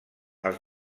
els